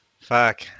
Fuck